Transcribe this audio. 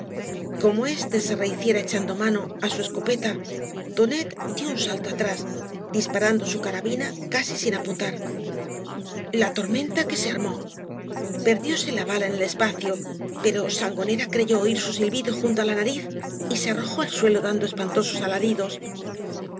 como éste se rehiciera echaitdo mano á su esco peta tonet dio un salto atrás disparando su carabina casi sin apuntar la tormenta que se armó perdióse la bala en el espacio pero sangonera creyó oir su silbido junto á la nariz y ee arrojó al suelo dando espantosos alaridos